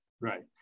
Right